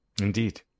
Indeed